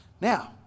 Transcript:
Now